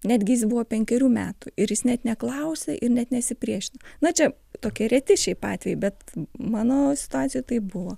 netgi jis buvo penkerių metų ir jis net neklausė ir net nesipriešino na čia tokie reti šiaip atvejai bet mano situacijoj tai buvo